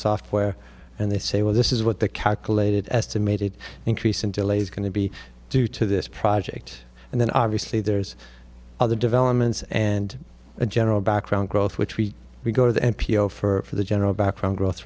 software and they say well this is what the calculated estimated increase until is going to be due to this project and then obviously there's other developments and the general background growth which we we go to the m p o for the general background growth